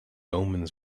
omens